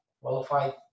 qualified